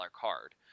card